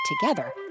together